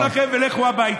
תתביישו לכם ולכו הביתה.